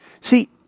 See